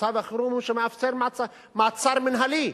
מצב החירום הוא שמאפשר מעצר מינהלי.